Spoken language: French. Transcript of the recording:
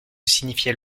signifiait